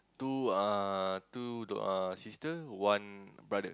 two uh two uh sister one brother